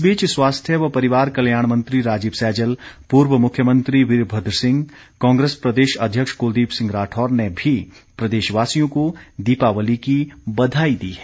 इस बीच स्वास्थ्य व परिवार कल्याण मंत्री राजीव सैजल पूर्व मुख्यमंत्री वीरभद्र सिंह कांग्रेस प्रदेश अध्यक्ष कुलदीप सिंह राठौर ने भी प्रदेशवासियों को दीपावली की बधाई दी है